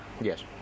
Yes